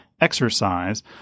Exercise